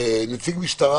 נציג משטרה.